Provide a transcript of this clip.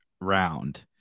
round